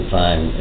time